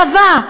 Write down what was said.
צבא,